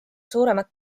suuremat